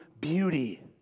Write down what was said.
beauty